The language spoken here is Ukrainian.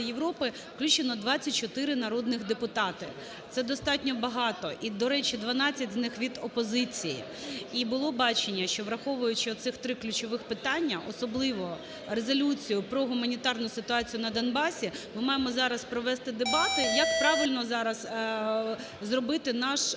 Європи включено 24 народних депутати. Це достатньо багато. І до речі, 12 з них від опозиції. І було бачення, що враховуючи оцих три ключових питання, особливо резолюцію про гуманітарну ситуацію на Донбасі, ми маємо зараз провести дебати, як правильно зараз зробити нашу